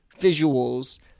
visuals